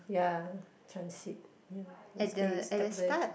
ya transit ya will stay step there for